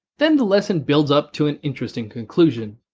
then the lesson builds up to an interesting conclusion.